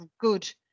good